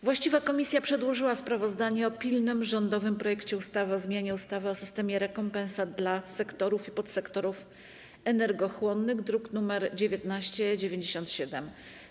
Właściwa komisja przedłożyła sprawozdanie o pilnym rządowym projekcie ustawy o zmianie ustawy o systemie rekompensat dla sektorów i podsektorów energochłonnych, druk nr 1997.